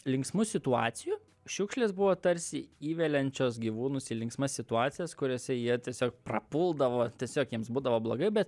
linksmų situacijų šiukšlės buvo tarsi įveliančios gyvūnus į linksmas situacijas kuriose jie tiesiog prapuldavo tiesiog jiems būdavo blogai bet